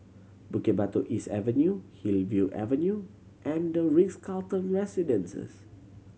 Bukit Batok East Avenue Hillview Avenue and The Ritz Carlton Residences